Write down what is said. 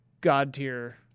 god-tier